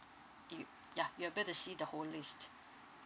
it yeah you'll able to see the whole list